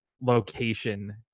location